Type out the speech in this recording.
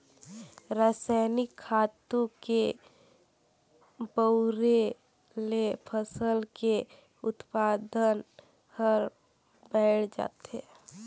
रसायनिक खातू के बउरे ले फसल के उत्पादन हर बायड़ जाथे